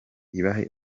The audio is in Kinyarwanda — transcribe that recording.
ibahe